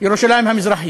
ירושלים המזרחית.